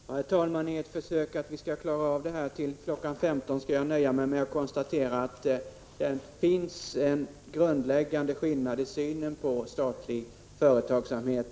Herr talman! I ett försök att göra det möjligt att klara av den här debatten 29 maj 1986 till kl. 15.00 skall jag nöja mig med att konstatera att det finns en grundläggande skillnad i synen på statlig företagsamhet.